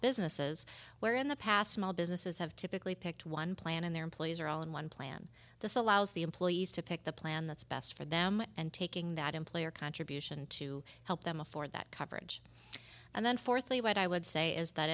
businesses where in the past small businesses have typically picked one plan and their employees are all in one plan this allows the employees to pick the plan that's best for them and taking that employer contribution to help them afford that coverage and then fourthly what i would say is that